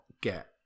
get